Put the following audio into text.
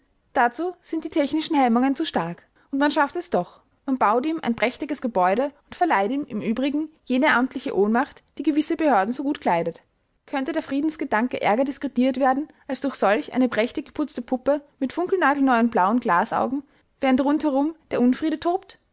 dazu sind die technischen hemmungen zu stark und man schafft es doch man baut ihm ein prächtiges gebäude und verleiht ihm im übrigen jene amtliche ohnmacht die gewisse behörden so gut kleidet könnte der friedensgedanke ärger diskreditiert werden als durch solch eine prächtig geputzte puppe mit funkelnagelneuen blauen glasaugen während rundherum der unfriede tobt